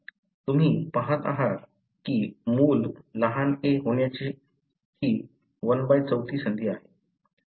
तुम्ही पहात आहात की मुल लहान a होण्याची ही 1 बाय चौथी संधी आहे